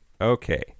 Okay